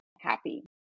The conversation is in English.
happy